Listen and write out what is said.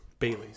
Bailey's